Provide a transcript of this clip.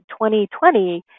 2020